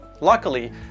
Luckily